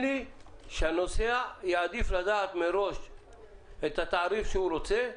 הנוסע יעדיף לדעת מראש את התעריף שהוא רוצה.